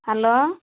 hello